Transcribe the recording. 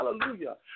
Hallelujah